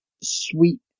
sweet